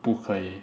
不可以